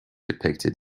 depicted